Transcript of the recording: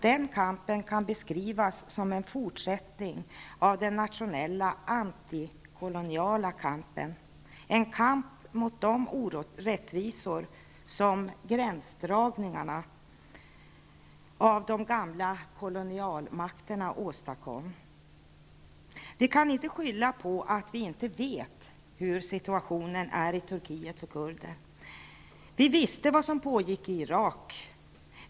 Den kampen kan beskrivas som en fortsättning på den nationella antikoloniala kampen, en kamp mot de orättvisor som de gamla kolonialmakterna åstadkom genom gjorda gränsdragningar. Vi kan inte skylla på att vi inte vet hur situationen är för kurderna i Turkiet. Vi visste vad som pågick i Irak.